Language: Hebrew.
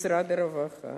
משרד הרווחה